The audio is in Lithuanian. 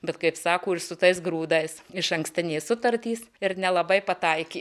bet kaip sako ir su tais grūdais išankstinės sutartys ir nelabai pataikė